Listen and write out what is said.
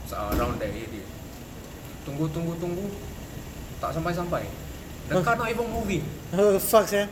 ah around that area tunggu tunggu tunggu tak sampai sampai the car not even moving